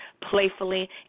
playfully